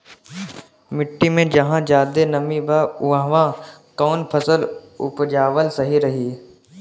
मिट्टी मे जहा जादे नमी बा उहवा कौन फसल उपजावल सही रही?